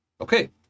Okay